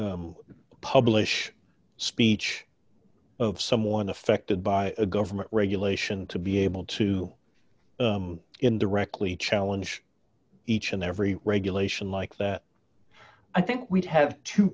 to publish speech of someone affected by a government regulation to be able to indirectly challenge each and every regulation like the i think we have t